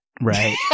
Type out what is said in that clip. Right